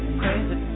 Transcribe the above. crazy